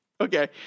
Okay